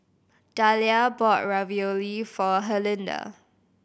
Dahlia bought Ravioli for Herlinda